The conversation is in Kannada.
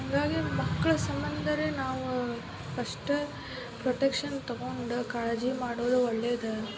ಹಾಗಾಗಿ ಮಕ್ಳ ಸಂಬಂಧಾರೆ ನಾವು ಫಸ್ಟ ಪ್ರೊಟೆಕ್ಷನ್ ತೊಗೊಂಡು ಕಾಳಜಿ ಮಾಡೋದು ಒಳ್ಳೇದು